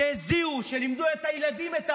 שהזיעו, שלימדו את הילדים את העבודה,